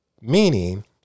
meaning